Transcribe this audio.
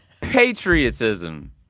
Patriotism